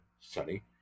sunny